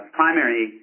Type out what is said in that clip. primary